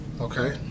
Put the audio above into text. Okay